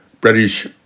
British